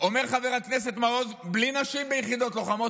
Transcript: אומר חבר הכנסת מעוז: בלי נשים ביחידות הלוחמות,